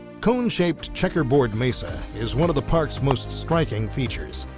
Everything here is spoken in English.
cone-shaped checkerboard mesa is one of the parks most striking features.